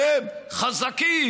אתם חזקים.